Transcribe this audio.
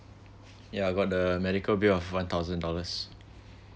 ya got the medical bill of one thousand dollars